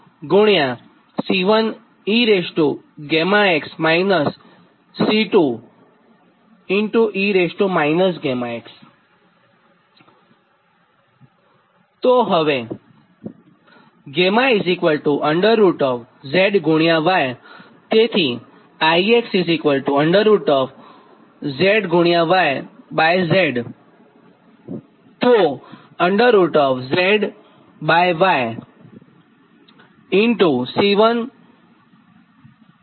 હવે 𝛾zy તેથી I zy z તો zy C1eγx C2e γx થશે